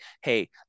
Hey